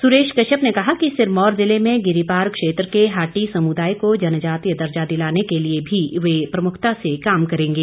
सुरेश कश्यप ने कहा कि सिरमौर जिले में गिरीपार क्षेत्र के हाटी समुदाय को जनजातीय दर्जा दिलाने के लिए भी वे प्रमुखता से काम करेंगे